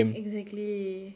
exactly